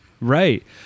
Right